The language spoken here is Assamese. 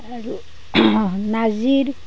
আৰু নাৰ্জি